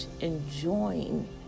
enjoying